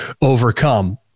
overcome